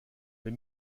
mes